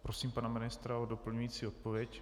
Prosím pana ministra o doplňující odpověď.